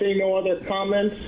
no other comments?